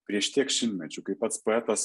prieš tiek šimtmečių kaip pats poetas